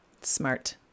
Smart